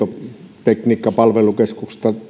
tietotekniikkapalvelukeskuksesta